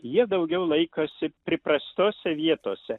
jie daugiau laikosi priprastose vietose